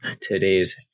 today's